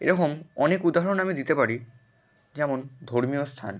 এরকম অনেক উদাহরণ আমি দিতে পারি যেমন ধর্মীয় স্থান